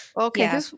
Okay